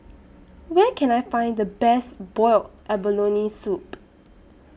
Where Can I Find The Best boiled abalone Soup